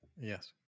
Yes